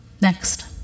Next